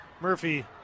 Murphy